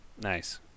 Nice